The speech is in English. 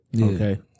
Okay